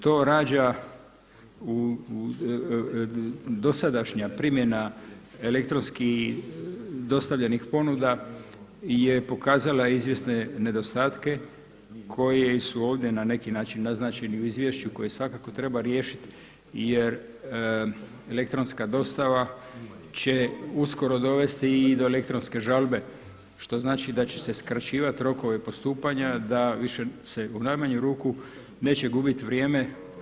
To rađa dosadašnja primjena elektronski dostavljenih ponuda je pokazala izvjesne nedostatke koji su ovdje na neki način naznačeni u izvješću koje svakako treba riješiti jer elektronska dostava će uskoro dovesti i do elektronske žalbe što znači da će se skraćivati rokovi postupanja da više se u najmanju ruku neće gubiti vrijeme.